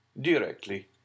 Directly